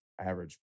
average